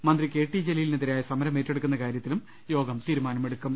മന്ത്രി K T ജലീലിനെതിരായ സമരം ഏറ്റെടുക്കുന്ന കാര്യത്തിൽ യോഗം തീരുമാനമെടുക്കും